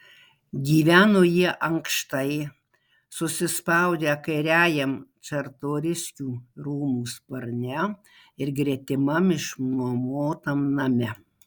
gyveno jie ankštai susispaudę kairiajam čartoriskių rūmų sparne ir gretimam išnuomotam name